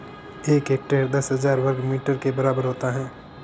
एक हेक्टेयर दस हज़ार वर्ग मीटर के बराबर होता है